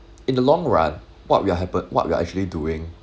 in the long run what will happen what we are actually doing